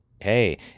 Hey